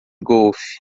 golfe